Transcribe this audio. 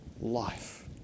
Life